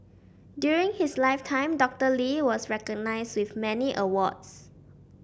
during his lifetime Doctor Lee was recognised with many awards